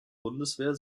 bundeswehr